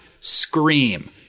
Scream